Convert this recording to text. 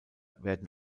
werden